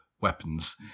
weapons